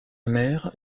mère